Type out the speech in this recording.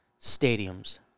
stadiums